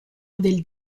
del